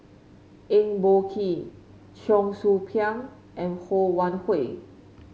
Eng Boh Kee Cheong Soo Pieng and Ho Wan Hui